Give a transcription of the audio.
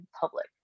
public